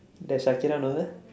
does shakira know her